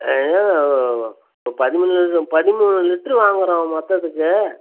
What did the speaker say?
ஏங்க இப்போ பதிமூணு பதிமூணு லிட்ரு வாங்கிறோம் மொத்தத்துக்கு